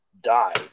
died